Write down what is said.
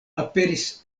aperis